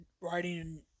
writing